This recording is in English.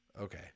Okay